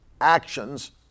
actions